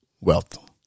wealth